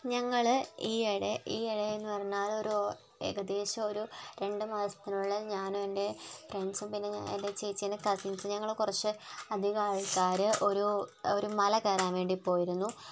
ഞങ്ങൾ ഈയിടെ ഈയിടെ എന്ന് പറഞ്ഞാൽ ഒരു ഏകദേശം ഒരു രണ്ടുമാസത്തിനുള്ളിൽ ഞാനും എൻ്റെ ഫ്രണ്ട്സും പിന്നെ എൻ്റെ ചേച്ചിൻ്റെ കസിൻസ് ഞങ്ങൾ കുറച്ച് അധികം ആൾക്കാർ ഒരു ഒരു മല കയറാൻ വേണ്ടി പോയിരുന്നു